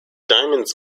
diamonds